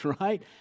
right